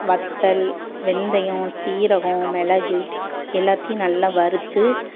வத்தல் வெந்தயம் சீரகம் மிளகு எல்லாத்தையும் நல்லா வறுத்து